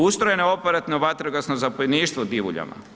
Ustrojeno je operativno vatrogasno zapovjedništvo u Divuljama.